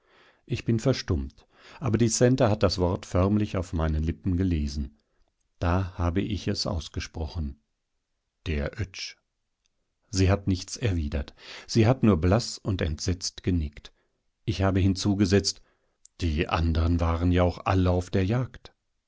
ich bin verstummt aber die centa hat das wort förmlich auf meinen lippen gelesen da habe ich es ausgesprochen der oetsch sie hat nichts erwidert sie hat nur blaß und entsetzt genickt ich habe hinzugesetzt die anderen waren ja auch alle auf der jagd